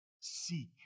Seek